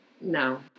no